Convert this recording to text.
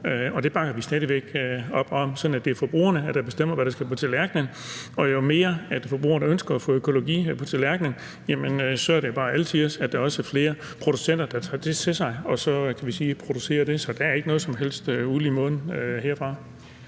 Det bakker vi stadig væk op om, sådan at det er forbrugerne, der bestemmer, hvad der skal på tallerkenerne, og jo mere forbrugerne ønsker at få økologi på tallerkenerne, jo mere er det bare alle tiders, at der også er flere producenter, der har taget det til sig og producerer det. Så der er ikke noget som helst uld i mund herfra.